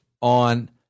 on